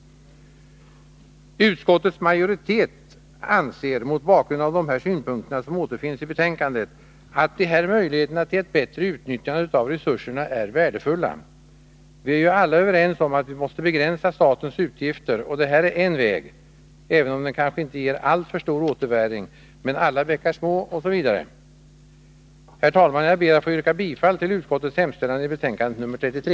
Utskottets majoritet anser, mot bakgrund av de synpunkter som återfinns i betänkandet, att dessa möjligheter till ett bättre utnyttjande av resurserna är värdefulla. Vi är alla överens om att vi måste begränsa statens utgifter. Detta är en väg, även om den kanske inte ger alltför stor återbäring. Men många bäckar små gör en stor å. Herr talman! Jag ber att få yrka bifall till utskottets hemställan i betänkandet nr 33.